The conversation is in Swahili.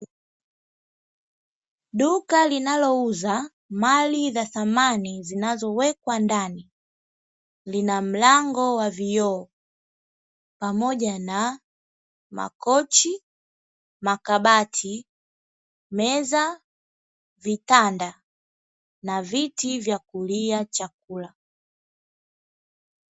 Duka linaouza mali za samani zinazowekwa ndani, lina mlango wa vioo pamoja na: makochi, makabati, meza, vitanda na viti vya kulia chakula.